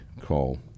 call